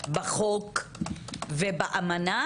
בחוק ובאמנה?